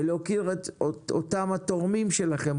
ולהוקיר את אותם התורמים שלכם,